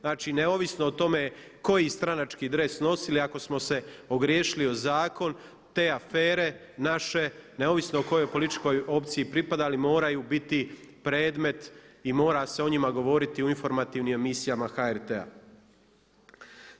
Znači neovisno o tome koji stranački dres nosili ako smo se ogriješili o zakon te afere naše neovisno o kojoj političkoj opciji pripadali moraju biti predmet i mora se o njima govoriti u informativnim emisijama HRT-a.